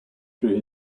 through